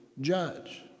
judge